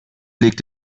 legt